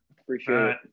appreciate